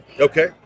Okay